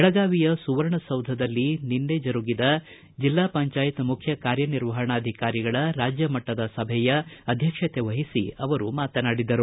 ಬೆಳಗಾವಿಯ ಸುವರ್ಣಸೌಧದಲ್ಲಿ ನಿನ್ನೆ ಜರುಗಿದ ಜಿಲ್ಲಾ ಪಂಚಾಯತ್ ಮುಖ್ಯಕಾರ್ಯನಿರ್ವಹಣಾಧಿಕಾರಿಗಳ ರಾಜ್ಯ ಮಟ್ಟದ ಸಭೆಯ ಅಧ್ಯಕ್ಷತೆ ವಹಿಸಿ ಅವರು ಮಾತನಾಡಿದರು